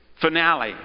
finale